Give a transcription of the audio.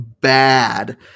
bad